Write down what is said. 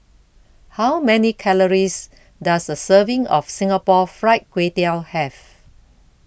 how many calories does a serving of Singapore Fried Kway Tiao have